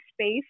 space